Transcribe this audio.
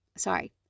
Sorry